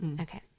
okay